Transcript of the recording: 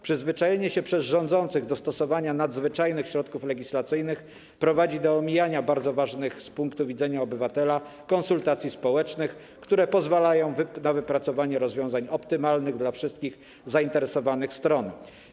Przyzwyczajenie się rządzących do stosowania nadzwyczajnych środków legislacyjnych prowadzi do omijania bardzo ważnych z punktu widzenia obywatela konsultacji społecznych, które pozwalają na wypracowanie rozwiązań optymalnych dla wszystkich zainteresowanych stron.